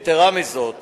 יתירה מזו,